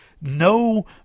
no